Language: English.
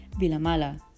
Vilamala